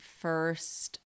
first